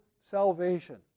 salvation